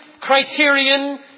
criterion